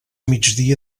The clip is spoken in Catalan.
migdia